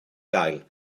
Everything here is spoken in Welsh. gael